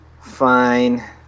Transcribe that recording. Fine